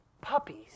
puppies